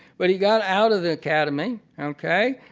but he got out of the academy, okay,